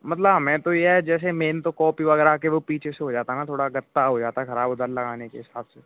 मतलब हमें तो ये है जैसे मेन तो कॉपी वगैरह के वो पीछे से हो जाता ना थोड़ा गत्ता हो जाता खराब उधर लगाने के हिसाब से